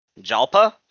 Jalpa